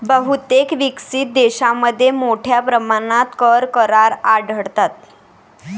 बहुतेक विकसित देशांमध्ये मोठ्या प्रमाणात कर करार आढळतात